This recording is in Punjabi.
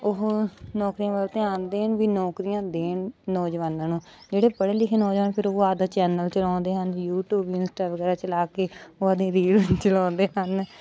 ਉਹ ਨੌਕਰੀਆਂ ਵੱਲ ਧਿਆਨ ਦੇਣ ਵੀ ਨੌਕਰੀਆਂ ਦੇਣ ਨੌਜਵਾਨਾਂ ਨੂੰ ਜਿਹੜੇ ਪੜ੍ਹੇ ਲਿਖੇ ਨੌਜਵਾਨ ਫਿਰ ਉਹ ਆਦ ਚੈਨਲ ਚਲਾਉਂਦੇ ਹਨ ਯੂਟਿਊਬ ਇੰਸਟਾ ਵਗੈਰਾ ਚਲਾ ਕੇ ਉਹ ਆਪਦੀ ਰੀਲ ਚਲਾਉਂਦੇ ਹਨ